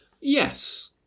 Yes